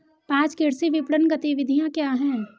पाँच कृषि विपणन गतिविधियाँ क्या हैं?